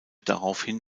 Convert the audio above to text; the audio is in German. daraufhin